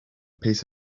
piece